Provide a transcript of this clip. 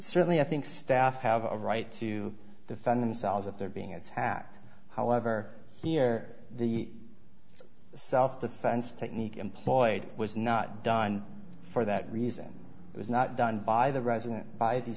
certainly i think staff have a right to defend themselves if they're being attacked however here the the self defense technique employed was not done for that reason it was not done by the resident b